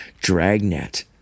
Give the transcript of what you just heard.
dragnet